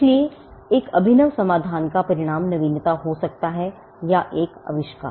इसलिए एक अभिनव समाधान का परिणाम नवीनता हो सकता है या एक आविष्कार